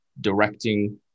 directing